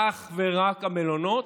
אך ורק המלונות,